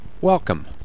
welcome